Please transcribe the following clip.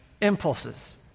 impulses